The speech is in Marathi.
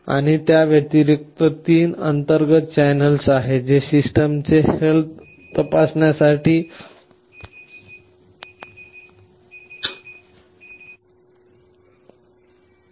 आणि त्याव्यतिरिक्त 3 अंतर्गत चॅनेल आहेत जे सिस्टमचे हेल्थ तपासण्यासाठी आहेत